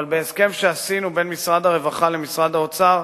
אבל בהסכם שעשינו בין משרד הרווחה למשרד האוצר